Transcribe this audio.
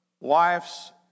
wife's